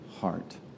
heart